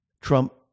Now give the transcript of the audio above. Trump